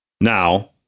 Now